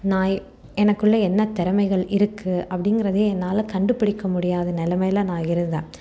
நான் எனக்குள்ளே என்ன திறமைகள் இருக்குது அப்படிங்குறதையும் என்னால் கண்டுபிடிக்க முடியாத நிலமையில நான் இருந்தேன்